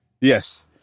Yes